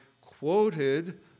quoted